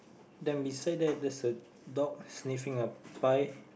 then beside that there's a dog sniffing a pie